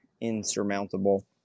insurmountable